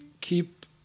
keep